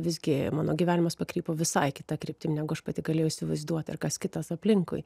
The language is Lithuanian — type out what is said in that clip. visgi mano gyvenimas pakrypo visai kita kryptim negu aš pati galėjau įsivaizduot ar kas kitas aplinkui